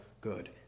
good